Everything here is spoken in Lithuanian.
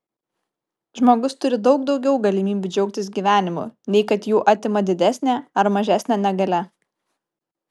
žmogus turi daug daugiau galimybių džiaugtis gyvenimu nei kad jų atima didesnė ar mažesnė negalia